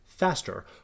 Faster